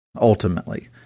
Ultimately